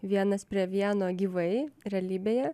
vienas prie vieno gyvai realybėje